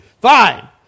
fine